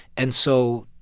and so